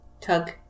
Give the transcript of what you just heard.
Tug